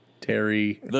Terry